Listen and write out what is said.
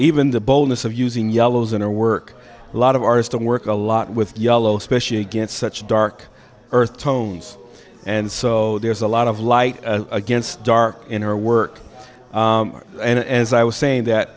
even the boldness of using yellows in her work a lot of artistic work a lot with yellow especially against such dark earth tones and so there's a lot of light against dark in her work and as i was saying that